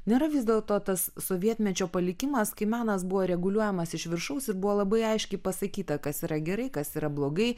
nėra vis dėlto tas sovietmečio palikimas kai menas buvo reguliuojamas iš viršaus ir buvo labai aiškiai pasakyta kas yra gerai kas yra blogai